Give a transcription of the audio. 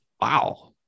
Wow